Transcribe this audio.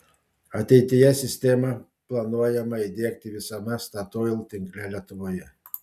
ateityje sistemą planuojama įdiegti visame statoil tinkle lietuvoje